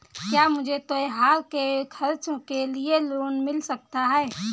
क्या मुझे त्योहार के खर्च के लिए लोन मिल सकता है?